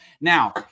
Now